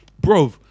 bro